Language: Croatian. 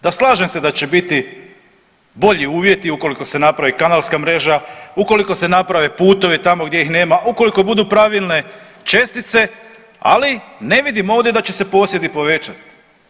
Da, slažem se da će biti bolji uvjeti ukoliko se napravi kanalska mreža, ukoliko se naprave putovi tamo gdje ih nema, ukoliko budu pravilne čestice, ali ne vidim ovdje da će se posjedi povećat.